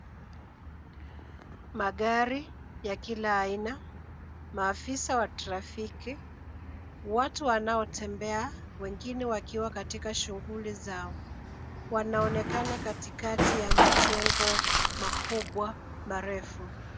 Magari ya kila aina, maafisa wa trafiki, watu wanaotembea wengine wakiwa katika shughuli zao wanaonekana katikati ya majengo makubwa marefu.